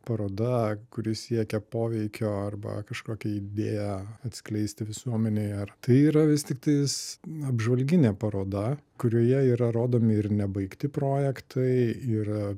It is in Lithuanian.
paroda kuri siekia poveikio arba kažkokią idėją atskleisti visuomenei ar tai yra vis tiktais apžvalginė paroda kurioje yra rodomi ir nebaigti projektai ir